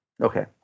Okay